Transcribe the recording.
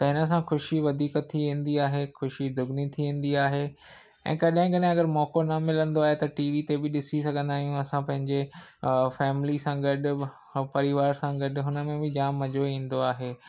त हिन सां ख़ुशी वधीक थी वेंदी आहे ख़ुशी दुगनी थी वेंदी आहे ऐं कॾहिं कॾहिं अगरि मौक़ो न मिलंदो आहे त टीवी ते बि ॾिसी सघंदा आहियूं असां पंहिंजे फ़ैमली सां गॾु सह परिवार सां गॾु हुन में बि जाम मज़ो ईंदो आहे